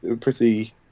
pretty-